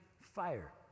fire